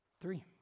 three